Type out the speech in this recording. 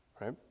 right